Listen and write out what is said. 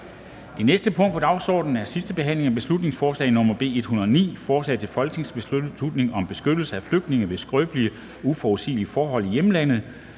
Betænkning 11.05.2022). 5) 2. (sidste) behandling af beslutningsforslag nr. B 109: Forslag til folketingsbeslutning om beskyttelse af flygtninge ved skrøbelige og uforudsigelige forhold i hjemlandet.